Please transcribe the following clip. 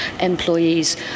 employees